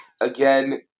again